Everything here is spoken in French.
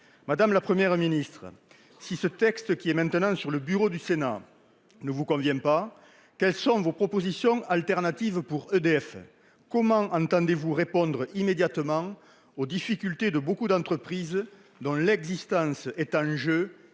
Madame la Première ministre, si ce texte, à présent déposé sur le bureau du Sénat, ne vous convient pas, quelles sont vos propositions de substitution pour EDF ? Comment entendez-vous répondre immédiatement aux difficultés de nombreuses d'entreprises dont l'existence est en jeu